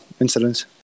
Incidents